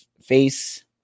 face